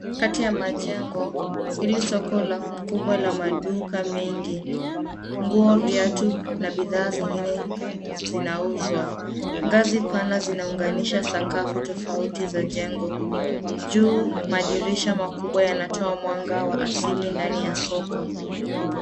Kati ya majengo, hili soko la kubwa la maduka mengi , nguo, viatu na bidhaa zingine zinauzwa. Ngazi pana zinaunganisha sakafu tofauti za jengo. Juu madirisha makubwa yanatoa mwanga wa asili ndani ya soko.